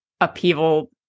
upheaval